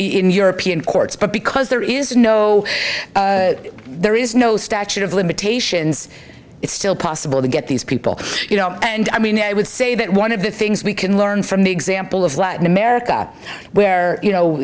in european courts but because there is no there is no statute of limitations it's still possible to get these people you know and i mean i would say that one of the things we can learn from the example of latin america where you know